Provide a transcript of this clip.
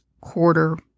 quarter